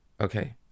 Okay